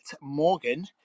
morgan